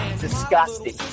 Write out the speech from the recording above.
Disgusting